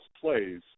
plays